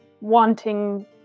wanting